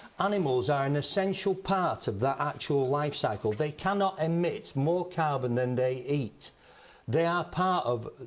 animals are an essential part of the actual life cycle. they cannot emit more carbon than they eat they are part of,